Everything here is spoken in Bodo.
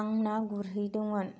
आं ना गुरहैदोंमोन